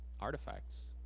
artifacts